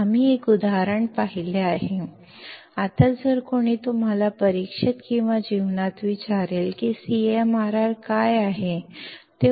आम्ही एक उदाहरण पाहिले आहे आता जर कोणी तुम्हाला परीक्षेत किंवा जीवनात विचारेल की CMRR काय असावे